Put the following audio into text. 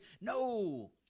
No